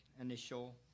initial